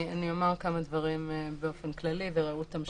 אני אומר כמה דברים באופן כללי ורעות תמשיך.